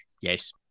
Yes